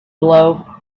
blow